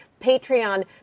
Patreon